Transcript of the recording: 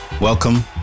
Welcome